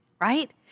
right